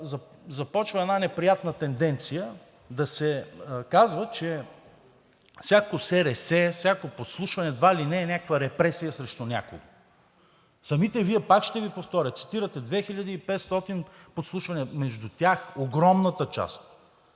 започва една неприятна тенденция да се казва, че всяко СРС, всяко подслушване едва ли не е някаква репресия срещу някого. Самите Вие, пак ще Ви повторя: цитирате 2500 подслушвания. Между тях огромната част са